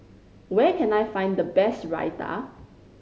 where can I find the best Raita